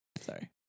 Sorry